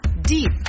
deep